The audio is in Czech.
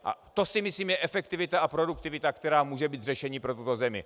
A to, myslím, je efektivita a produktivita, která může být řešením pro tuto zemi.